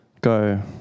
go